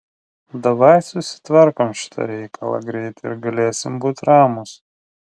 davai susitvarkom šitą reikalą greit ir galėsim būt ramūs